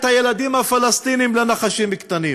את הילדים הפלסטינים לנחשים קטנים.